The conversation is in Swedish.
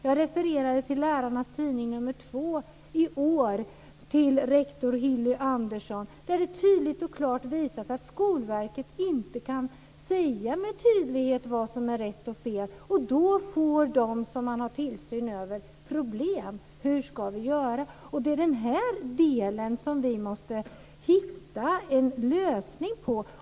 Jag refererade till en artikel i Lärarnas Tidning nr 2 i år om rektor Hilly Andersson. Den visar tydligt och klart att Skolverket inte med tydlighet kan säga vad som är rätt och fel, och då får de som man har tillsyn över problem med hur de ska göra. Det är detta problem som vi måste hitta en lösning på.